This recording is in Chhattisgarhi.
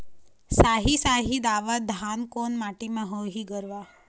साही शाही दावत धान कोन माटी म होही गरवा?